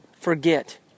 forget